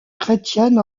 chrétienne